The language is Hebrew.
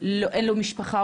אין לו משפחה,